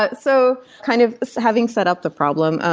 but so kind of so having set up the problem,